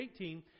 18